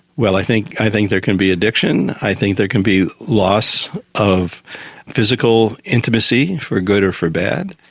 well, i think i think there can be addiction, i think there can be lost of physical intimacy, for good or for bad.